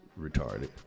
Retarded